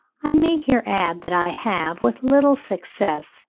i may here add that i have, with little success,